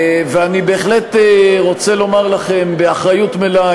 ואני בהחלט רוצה לומר לכם באחריות מלאה,